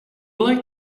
like